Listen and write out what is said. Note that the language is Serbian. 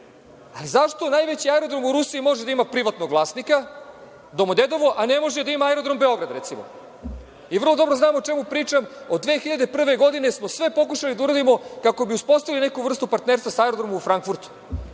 Ali, zašto najveći aerodrom u Rusiji može da ima privatnog vlasnika, Domodedovo, a ne može da ima aerodrom Beograd, recimo. Vrlo dobro znam o čemu pričam. Od 2001. godine smo pokušali da uradimo sve kako bi uspostavili neku vrstu partnerstva sa aerodromom u Frankfurtu.